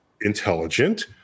intelligent